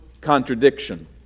contradiction